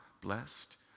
blessed